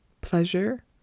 pleasure